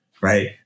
right